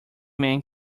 men